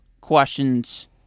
questions